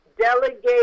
delegate